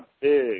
big